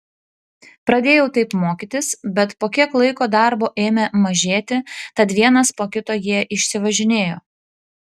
pradėjau taip mokytis bet po kiek laiko darbo ėmė mažėti tad vienas po kito jie išsivažinėjo